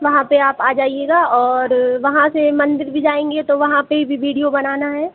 वहाँ पर आप आ जाइएगा और वहाँ से मंदिर भी जाएँगे तो वहाँ पर भी वीडियो बनाना है